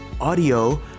audio